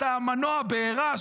את מנוע הבעירה